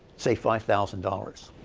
say, five thousand dollars.